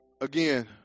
Again